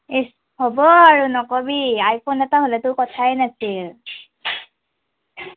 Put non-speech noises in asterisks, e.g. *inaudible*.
ইছ হ'ব আৰু নকবি আইফোন এটা হ'লেতো কথাই নাছিল *unintelligible*